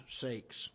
sakes